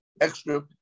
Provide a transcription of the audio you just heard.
extra